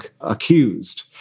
accused